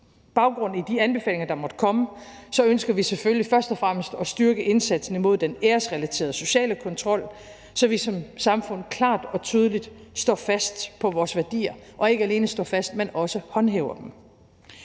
baggrund i de anbefalinger, der måtte komme, ønsker vi selvfølgelig først og fremmest at styrke indsatsen imod den æresrelaterede sociale kontrol, så vi som samfund klart og tydeligt står fast på vores værdier – og ikke alene står fast, men også håndhæver dem.